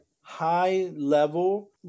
high-level